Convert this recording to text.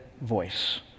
voice